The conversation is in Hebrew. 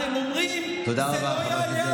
אתם אומרים, תודה רבה, חבר הכנסת גלעד קריב.